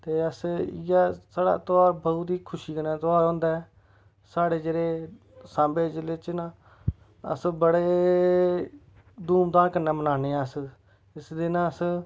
ते अस इ'यै त्योहार बहुत ही खुशी कन्नै त्योहार होंदा ऐ साढ़े जेह्ड़े साम्बे जिले च न अस बड़े धूमधाम कन्नै मनान्ने आं अस इस दिन अस